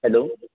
hello